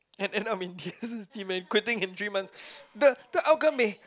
and and I mean you mean quitting in three months the the outcome may